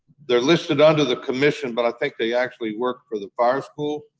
they're listed under the commission, but i think they actually work for the fire school.